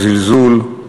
הזלזול,